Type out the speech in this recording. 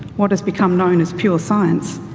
what has become known as pure science,